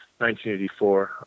1984